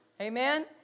amen